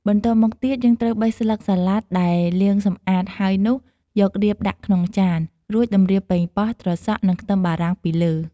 បន្ទាប់មកទៀត យើងត្រូវបេះស្លឹកសាឡាត់ដែលលាងសម្អាតហើយនោះយករៀបដាក់ក្នុងចាន រួចតម្រៀបប៉េងប៉ោះ ត្រសក់ និងខ្ទឹមបារាំងពីលើ។